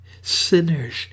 Sinners